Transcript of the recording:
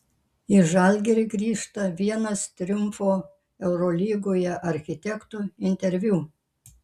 į žalgirį grįžta vienas triumfo eurolygoje architektų interviu